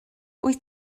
wyt